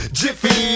jiffy